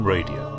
Radio